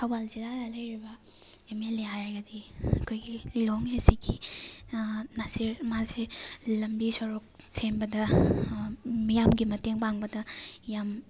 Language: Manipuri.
ꯊꯧꯕꯥꯜ ꯖꯤꯂꯥꯗ ꯂꯩꯔꯤꯕ ꯑꯦꯝ ꯑꯜ ꯑꯦ ꯍꯥꯏꯔꯒꯗꯤ ꯑꯩꯈꯣꯏꯒꯤ ꯂꯤꯂꯣꯡ ꯑꯦ ꯁꯤꯒꯤ ꯅꯥꯁꯤꯔ ꯃꯥꯁꯦ ꯂꯝꯕꯤ ꯁꯣꯔꯣꯛ ꯁꯦꯝꯕꯗ ꯃꯤꯌꯥꯝꯒꯤ ꯃꯇꯦꯡ ꯄꯥꯡꯕꯗ ꯌꯥꯝ